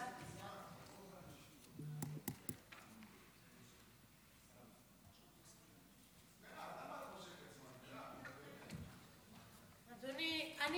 אדוני, אני